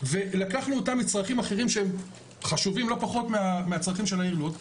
ולקחנו אותם לצרכים אחרים שהם חשובים לא פחות מהצרכים של העיר לוד,